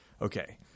okay